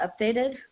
updated